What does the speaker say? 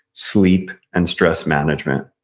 sleep, and stress management.